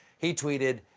he tweeted,